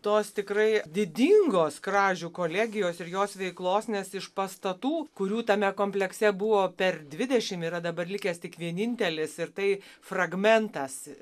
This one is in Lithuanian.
tos tikrai didingos kražių kolegijos ir jos veiklos nes iš pastatų kurių tame komplekse buvo per dvidešimt yra dabar likęs tik vienintelis ir tai fragmentas